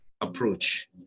approach